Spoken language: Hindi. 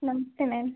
नमस्ते मैम